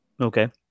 Okay